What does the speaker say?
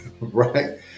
Right